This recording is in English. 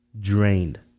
Drained